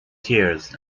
tears